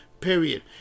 period